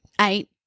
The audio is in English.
eight